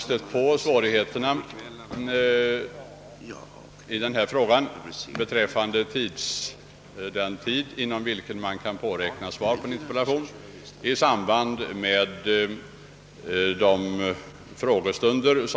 Svårigheterna att beräkna den tid inom vilken man kan få svar på en interpellation har vi stött på i samband med frågestunderna.